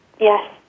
Yes